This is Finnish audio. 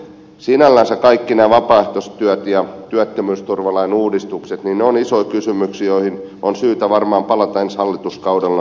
sinällänsä kaikki nämä vapaaehtoistyöt ja työttömyysturvalain uudistukset ovat isoja kysymyksiä joihin on syytä varmaan palata ensi hallituskaudella